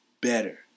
better